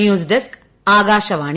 news desk Akashvani